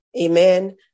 amen